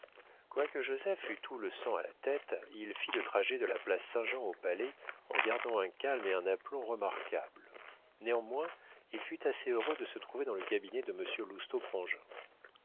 quoique joseph eût tout le sang à la tête il fit le trajet de la place saint-jean au palais en gardant un calme et un aplomb remarquables néanmoins il fut assez heureux de se trouver dans le cabinet de